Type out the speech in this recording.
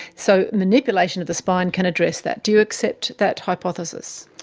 so manipulation of the spine can address that. do you accept that hypothesis?